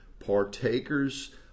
partakers